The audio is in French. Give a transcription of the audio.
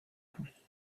pouces